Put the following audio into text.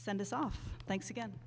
send us off thanks again